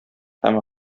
һәм